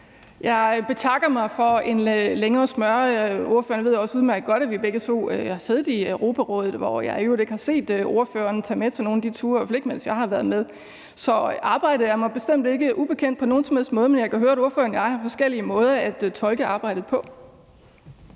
Jeg betakker mig for en længere smøre. Ordføreren ved også udmærket godt, at vi begge har siddet i Europarådet, hvor jeg i øvrigt ikke har set ordføreren tage med på nogen af de ture, i hvert fald ikke mens jeg har været med. Så arbejdet er mig bestemt ikke ubekendt på nogen som helst måde, men jeg kan høre, at ordføreren og jeg har forskellige måder at tolke arbejdet på.